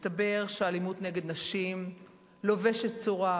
מסתבר שאלימות נגד נשים לובשת צורה,